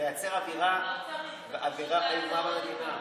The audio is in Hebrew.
ולייצר אווירת אימה במדינה?